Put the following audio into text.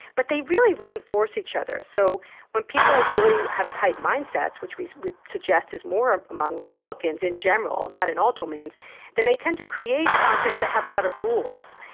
but they really reinforce each other. so when people really have tight mindsets which we would suggest is more among republicans in general, not in all domains then they tend to create contexts that have a lot of rules.